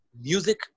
music